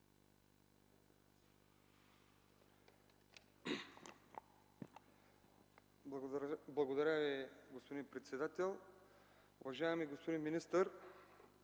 Благодаря Ви, госпожо председател. Уважаеми господин министър,